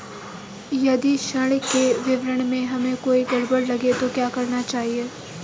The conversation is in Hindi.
यदि ऋण के विवरण में हमें कोई गड़बड़ लगे तो क्या करना चाहिए?